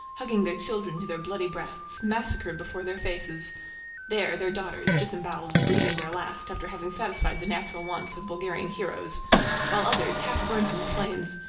hugging their children to their bloody breasts, massacred before their faces there, their daughters, disembowelled and breathing their last after having satisfied the natural wants of bulgarian heroes while others, half burnt in the flames,